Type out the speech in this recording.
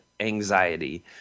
anxiety